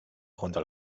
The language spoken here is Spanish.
junto